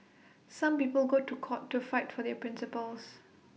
some people go to court to fight for their principles